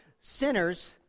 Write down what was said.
sinners